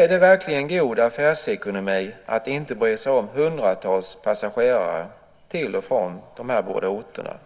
Är det verkligen god affärsekonomi att inte bry sig om hundratals passagerare till och från de här båda orterna?